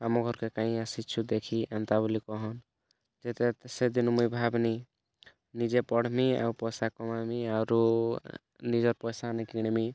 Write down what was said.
ଆମ ଘର୍କେ କାଇଁ ଆସିଚୁ ଦେଖି ଏନ୍ତା ବୋଲି କହନ୍ ଯେତେ ସେଇ ଦିନୁ ମୁଁ ଭାବିନି ନିଜେ ପଢ଼୍ମି ଆଉ ପଇସା କମେଇବିଁ ଆରୁ ନିଜର୍ ପଇସା ନି କିଣିବି